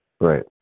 Right